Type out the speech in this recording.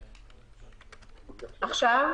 סדצקי.